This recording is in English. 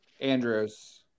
Andrews